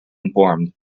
informed